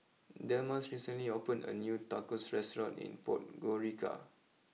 Delmas recently opened a new Tacos restaurant in Podgorica